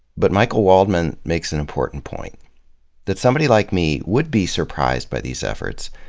but michael waldman makes an important point that somebody like me would be surprised by these efforts,